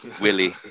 Willie